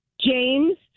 James